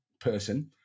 person